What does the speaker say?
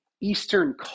Eastern